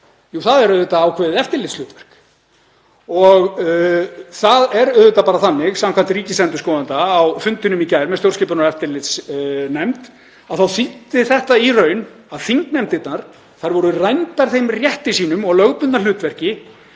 Það er auðvitað ákveðið eftirlitshlutverk. Það er þannig, samkvæmt ríkisendurskoðanda á fundinum í gær með stjórnskipunar- og eftirlitsnefnd, að þetta þýðir í raun að þingnefndirnar voru rændir þeim rétti sínum og lögbundna hlutverki